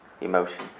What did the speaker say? emotions